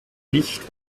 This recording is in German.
nicht